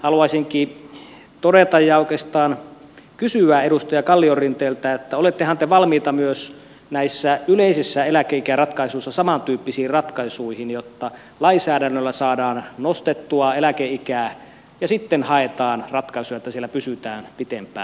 haluaisinkin todeta ja oikeastaan kysyä edustaja kalliorinteeltä että olettehan te valmiita myös näissä yleisissä eläkeikäratkaisuissa samantyyppisiin ratkaisuihin jotta lainsäädännöllä saadaan nostettua eläkeikää ja sitten haetaan ratkaisuja että siellä pysytään pitempään